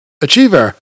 achiever